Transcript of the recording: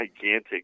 gigantic